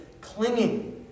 clinging